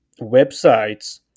websites